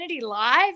Live